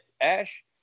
ash